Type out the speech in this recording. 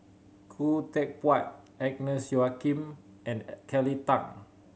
Khoo Teck Puat Agnes Joaquim and Kelly Tang